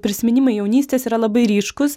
prisiminimai jaunystės yra labai ryškūs